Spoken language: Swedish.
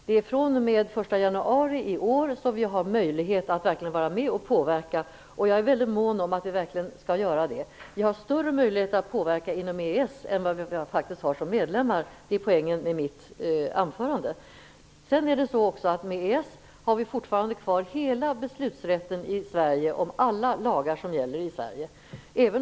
Det är fr.o.m. den 1 januari i år som vi verkligen har möjlighet att vara med och påverka. Jag är väldigt mån om att vi skall göra det. Vi har större möjligheter att påverka inom EES än vad vi faktiskt har som medlemmar i EU. Det är poängen med mitt anförande. Med EES-avtalet har vi fortfarande kvar hela beslutsrätten om alla lagar som gäller i Sverige.